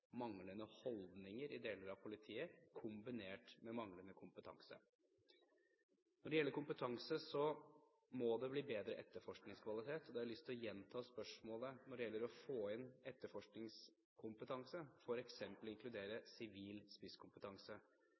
manglende holdninger i deler av politiet, kombinert med manglende kompetanse. Når det gjelder kompetanse, må det bli bedre etterforskningskvalitet. Da har jeg lyst til å gjenta spørsmålet når det gjelder å få inn etterforskningskompetanse, f.eks. inkludere sivil spisskompetanse.